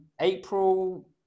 April